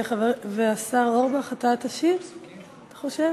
השר אורבך, אתה תשיב אתה חושב?